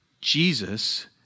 Jesus